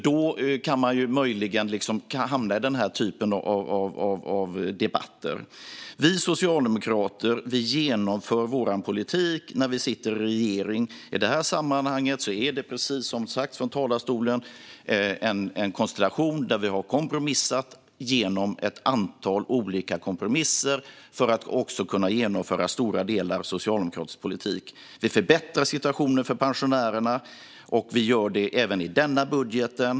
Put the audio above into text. Då kan man möjligen hamna i den här typen av debatter. Vi socialdemokrater genomför vår politik när vi sitter i regeringsställning. I det här sammanhanget har vi, precis som sagts i talarstolen, en konstellation där vi har fått komma fram till ett antal olika kompromisser för att också kunna genomföra stora delar av socialdemokratisk politik. Vi förbättrar situationen för pensionärerna, även i denna budget.